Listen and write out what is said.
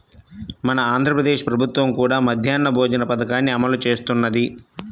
మన ఆంధ్ర ప్రదేశ్ ప్రభుత్వం కూడా మధ్యాహ్న భోజన పథకాన్ని అమలు చేస్తున్నది